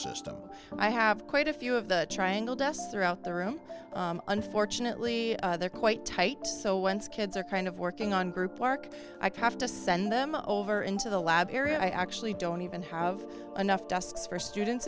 system i have quite a few of the triangle dust throughout the room unfortunately they're quite tight so once kids are kind of working on group arc i can have to send them over into the lab area i actually don't even have enough desks for students